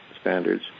standards